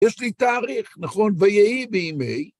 יש לי תאריך, נכון? ויהי בימי.